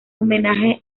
homenaje